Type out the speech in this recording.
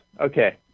Okay